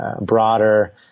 broader